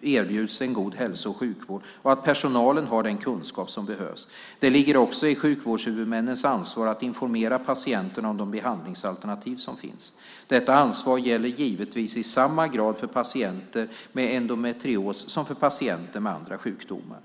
erbjuds en god hälso och sjukvård och att personalen har den kunskap som behövs. Det ligger också i sjukvårdshuvudmännens ansvar att informera patienterna om de behandlingsalternativ som finns. Detta ansvar gäller givetvis i samma grad för patienter med endometrios som för patienter med andra sjukdomar.